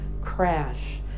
crash